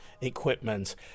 equipment